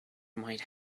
might